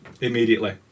immediately